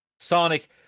Sonic